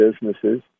businesses